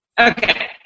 Okay